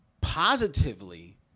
positively